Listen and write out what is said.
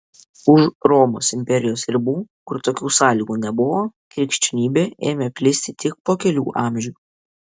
už romos imperijos ribų kur tokių sąlygų nebuvo krikščionybė ėmė plisti tik po kelių amžių